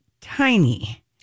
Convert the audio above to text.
tiny